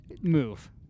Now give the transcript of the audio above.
move